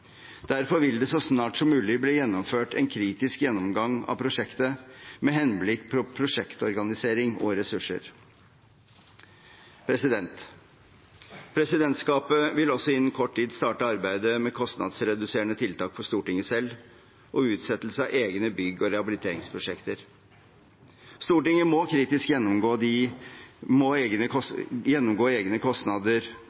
Derfor vil det så snart som mulig bli gjennomført en kritisk gjennomgang av prosjektet, med henblikk på prosjektorganisering og ressurser. Presidentskapet vil også innen kort tid starte arbeidet med kostnadsreduserende tiltak for Stortinget selv og utsettelse av egne bygg- og rehabiliteringsprosjekter. Stortinget må kritisk gjennomgå